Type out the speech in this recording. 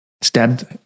stabbed